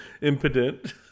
impotent